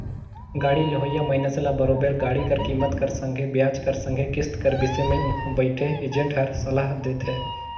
गाड़ी लेहोइया मइनसे ल बरोबेर गाड़ी कर कीमेत कर संघे बियाज कर संघे किस्त कर बिसे में उहां बइथे एजेंट हर सलाव देथे